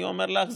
אני אומר לך,